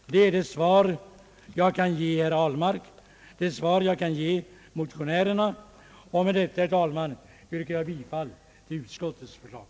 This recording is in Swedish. Detta är det svar jag kan ge herr Ahlmark och motionärerna, och med detta, herr talman, yrkar jag bifall till utskottets förslag.